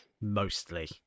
Mostly